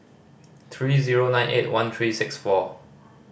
three zero nine eight one three six four